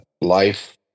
life